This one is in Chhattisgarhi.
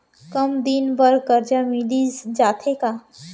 कम दिन बर करजा मिलिस जाथे का?